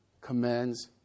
commands